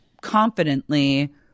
confidently